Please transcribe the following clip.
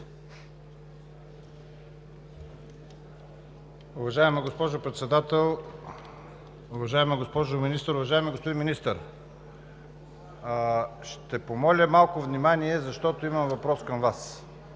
Уважаема госпожо Председател, уважаема госпожо Министър! Уважаеми господин Министър, ще помоля за малко внимание, защото имам конкретен въпрос към Вас,